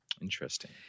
Interesting